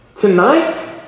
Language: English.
tonight